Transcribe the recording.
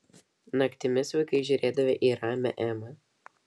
naktimis vaikinas žiūrėdavo į ramią emą